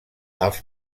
els